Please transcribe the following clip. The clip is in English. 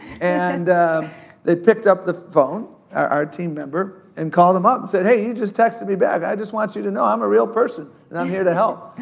and they picked up the phone, our our team member, and called him up, and said, hey, you just texted me back, i just want you to know i'm a real person, and i'm here to help.